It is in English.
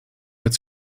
its